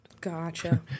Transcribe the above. Gotcha